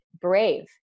brave